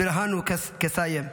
ברהנו קאסיה,